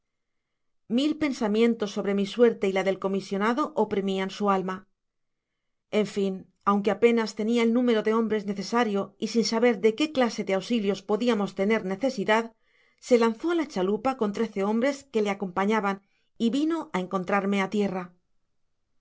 mil pensamientos sobro mi suerte y la del comisionado oprimian su alma en fin aunque apenas tenia el número de hombres necesario y sin saber de qué clase de auxilios podiamos tener necesi dad se lanzó á la chalupa con trece hombres que le acampanaban y vino á encontrarme á tierra